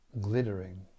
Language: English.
glittering